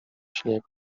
śnieg